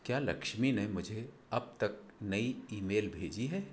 क्या लक्ष्मी ने मुझे अब तक नई ईमेल भेजी है